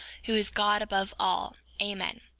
who is god above all. amen.